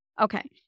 Okay